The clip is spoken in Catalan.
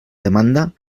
demanda